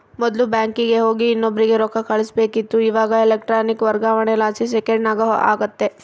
ಮೊದ್ಲು ಬ್ಯಾಂಕಿಗೆ ಹೋಗಿ ಇನ್ನೊಬ್ರಿಗೆ ರೊಕ್ಕ ಕಳುಸ್ಬೇಕಿತ್ತು, ಇವಾಗ ಎಲೆಕ್ಟ್ರಾನಿಕ್ ವರ್ಗಾವಣೆಲಾಸಿ ಸೆಕೆಂಡ್ನಾಗ ಆಗ್ತತೆ